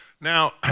Now